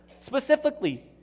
specifically